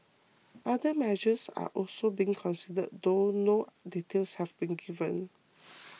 other measures are also being considered though no details have been given